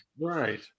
Right